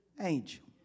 angel